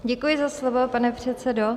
Děkuji za slovo, pane předsedo.